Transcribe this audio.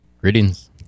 Greetings